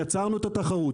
יצרנו את התחרות.